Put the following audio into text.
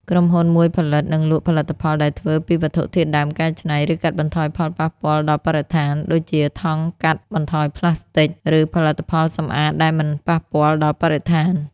ក្រុមហ៊ុនមួយផលិត និងលក់ផលិតផលដែលធ្វើពីវត្ថុធាតុដើមកែច្នៃ ឬកាត់បន្ថយផលប៉ះពាល់ដល់បរិស្ថាន ដូចជាថង់កាត់បន្ថយប្លាស្ទិក ឬផលិតផលសំអាតដែលមិនប៉ះពាល់ដល់បរិស្ថាន។